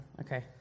Okay